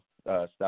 stop